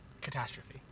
catastrophe